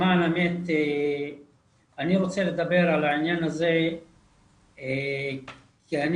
למען האמת אני רוצה לדבר על העניין הזה כי אני